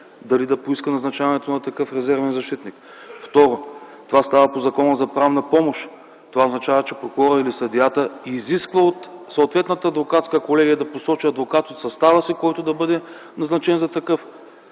дали да поиска назначаването на такъв резервен защитник. Второ, това става по Закона за правна помощ. Това означава, че прокурорът или съдията изисква от съответната адвокатска колегия да посочи адвокат от състава си, който да бъде назначен за такъв.